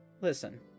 Listen